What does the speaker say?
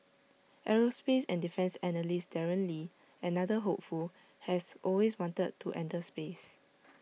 aerospace and defence analyst Darren lee another hopeful has always wanted to enter space